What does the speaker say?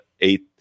eight